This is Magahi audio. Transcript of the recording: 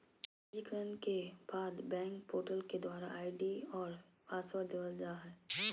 पंजीकरण के बाद बैंक पोर्टल के द्वारा आई.डी और पासवर्ड देवल जा हय